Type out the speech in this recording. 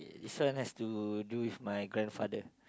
this one has to do with my grandfather